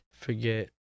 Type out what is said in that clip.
Forget